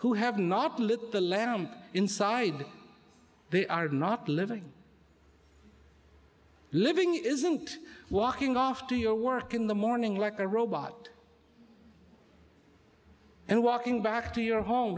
who have not lit the lamp inside they are not living living isn't walking off to your work in the morning wrecker robot and walking back to your home